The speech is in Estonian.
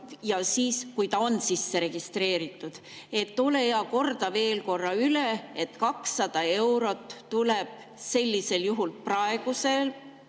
ja siis, kui ta on sisse registreeritud. Ole hea, korda veel korra üle, et 200 eurot tuleb sellisel juhul praeguse